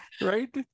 right